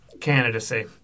candidacy